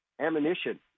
ammunition